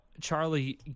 Charlie